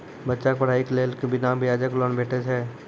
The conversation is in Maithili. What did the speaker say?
बच्चाक पढ़ाईक लेल बिना ब्याजक लोन भेटै छै?